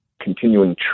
continuing